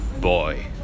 Boy